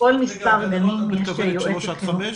את מתכוונת שלוש עד חמש?